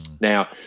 now